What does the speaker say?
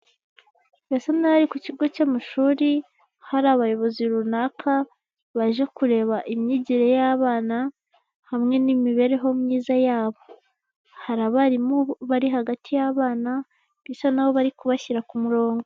Birasa naho ari ku kigo cy'amashuri hari abayobozi runaka baje kureba imyigire y'abana hamwe n'imibereho myiza yabo, hari abarimu bari hagati y'abana bisa naho bari kubashyira ku murongo.